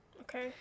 Okay